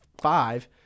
five